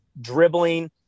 dribbling